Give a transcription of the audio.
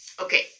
Okay